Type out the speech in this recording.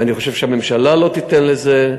ואני חושב שהממשלה לא תיתן לזה,